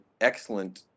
excellent